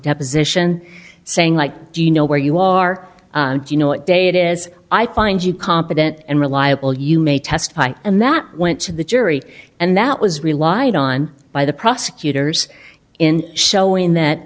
deposition saying like do you know where you are do you know what day it is i find you competent and reliable you may testify and that went to the jury and that was relied on by the prosecutors in showing that